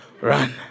run